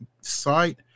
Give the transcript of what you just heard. site